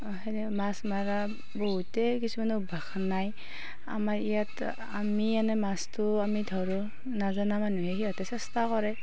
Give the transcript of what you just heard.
সেনে মাছ মৰা বহুতেই কিছুমান অভ্যাস নাই আমাৰ ইয়াত আমি এনে মাছটো আমি ধৰোঁ নাজানা মানুহে সিহঁতে চেষ্টা কৰে